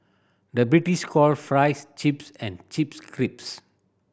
the British call fries chips and chips